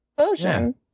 Explosion